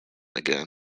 again